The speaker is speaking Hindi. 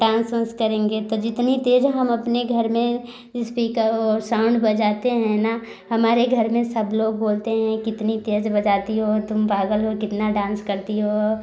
डांस उन्स करेंगे तो जितनी तेज़ हम अपने घर में इस्पीकर और साउंड बजाते हैं न हमारे घर में सब लोग बोलते हैं कितनी तेज़ बजाती हो तुम पागल हो कितना डांस करती हो